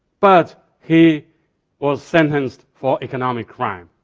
but he was sentenced for economic crime.